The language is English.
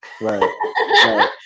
Right